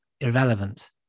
irrelevant